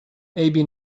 عیبی